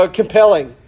compelling